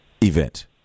event